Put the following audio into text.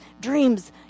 Dreams